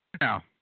Now